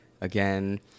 again